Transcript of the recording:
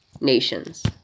nations